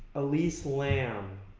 elisa lam.